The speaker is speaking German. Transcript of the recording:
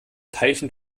teilchen